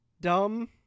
Dumb